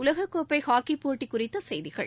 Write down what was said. உலகக்கோப்பை ஹாக்கிப்போட்டி குறித்த செய்திகள்